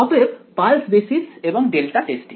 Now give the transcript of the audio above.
অতএব pulse basis এবং delta testing